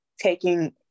taking